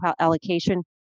allocation